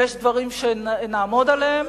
ויש דברים שנעמוד עליהם,